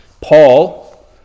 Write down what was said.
Paul